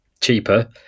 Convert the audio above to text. cheaper